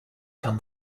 come